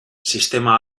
sistema